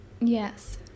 Yes